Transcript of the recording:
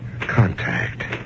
contact